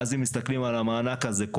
ואז אם מסתכלים על המענק הזה,